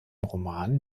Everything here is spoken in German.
roman